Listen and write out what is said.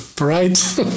right